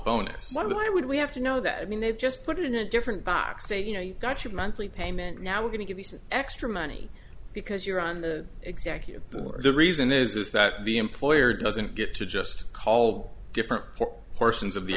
bonus why would we have to know that i mean they've just put it in a different box say you know you got your monthly payment now we're going to give you some extra money because you're on the executive or the reason is that the employer doesn't get to just call different portions of the